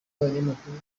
abanyamakuru